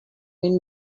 when